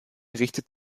richtet